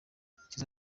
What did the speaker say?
shizzo